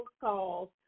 calls